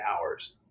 hours